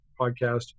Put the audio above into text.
podcast